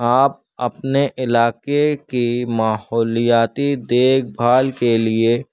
آپ اپنے علاقے کی ماحولیاتی دیکھ بھال کے لیے